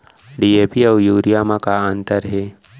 DAP अऊ urea म का अंतर हे?